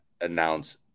announce